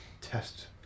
test